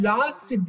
Last